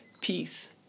Peace